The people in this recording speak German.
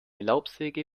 laubsäge